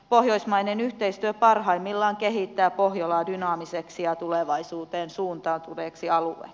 pohjoismainen yhteistyö parhaimmillaan kehittää pohjolaa dynaamiseksi ja tulevaisuuteen suuntautuneeksialue